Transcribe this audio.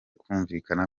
kumvikana